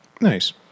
Nice